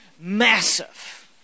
massive